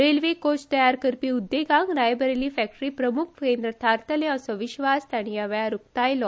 railway coach तयार करपी उद्देगांक रायबरेली फॅक्टरी प्रमुख केंद्र थारतले असो विस्वास ताणी ह्या वेळार उक्तायलो